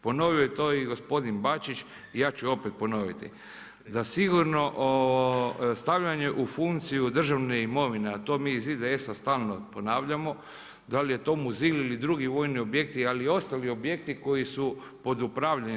Ponovio je to i gospodin Bačić i ja ću opet ponoviti, da sigurno stavljanje u funkciju državne imovine, a to mi iz IDS-a stalno ponavljamo da li je to Muzil ili drugi vojni objekti, ali i ostali objekti koji su pod upravljanjem.